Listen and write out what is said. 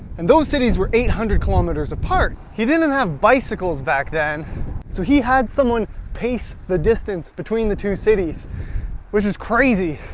and those cities were eight hundred kilometers apart. he didn't and have bicycles back then so he had someone pace the distance between the two cities which is crazy